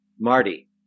Marty